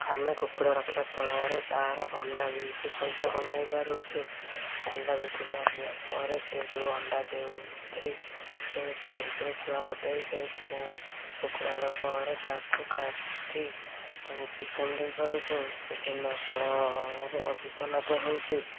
ଆମେ କୁକୁଡ଼ା ରଖିବା ଫଳରେ ତାର ଅଣ୍ଡା ବିକିକି ପଇସା କମେଇ ପାରୁଛୁ ଅଣ୍ଡା ବିକି ସାରିବା ପରେ ସେ ଯେଉଁ ଅଣ୍ଡା ଦେଉଛି ସେ ତା ଭିତରୁ ଛୁଆ ଫଟାଇ ସେ ଚିଆଁ କୁକୁଡ଼ା ହେବା ପରେ ତାକୁ କାଟି ଚିକେନ୍ ଦେଇପାରୁଛୁ ଚିକେନ୍ ଦେବା ଫଳ ରେ ଅଧିକ ଲାଭ ହେଉଛି